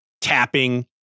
tapping